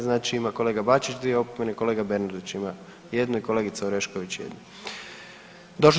Znači ima kolega Bačić dvije opomene, kolega Bernardić ima jednu i kolegica Orešković jednu.